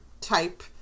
type